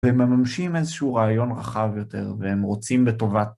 ומממשים איזשהו רעיון רחב יותר, והם רוצים בטובת